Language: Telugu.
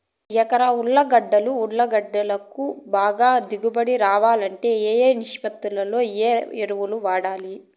ఎకరా ఉర్లగడ్డలు గడ్డలు పంటకు బాగా దిగుబడి రావాలంటే ఏ ఏ నిష్పత్తిలో ఏ ఎరువులు వాడాలి?